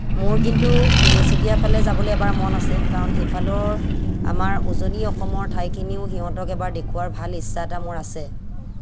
মোৰ কিন্তু তিনিচুকীয়াৰ ফালে যাবলৈ এবাৰ মন আছে কাৰণ সেইফালৰ আমাৰ উজনি অসমৰ ঠাইখিনিও সিহঁতক এবাৰ দেখুওৱাৰ ভাল ইচ্ছা এটা মোৰ আছে